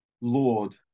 Lord